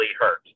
hurt